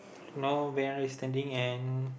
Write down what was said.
now very understanding and